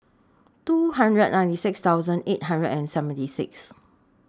two hundred ninety six thousand eight hundred and seventy six